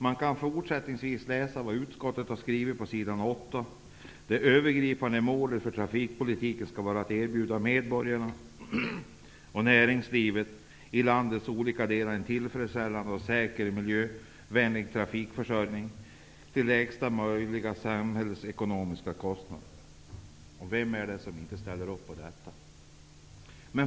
Vidare skriver utskottet på s. 8 att ''övergripande målet för trafikpolitiken skall vara att erbjuda medborgarna och näringslivet i landets olika delar en tillfredsställande, säker och miljövänlig trafikförsörjning till lägsta möjliga samhällsekonomiska kostnader''. Vem ställer inte upp på det?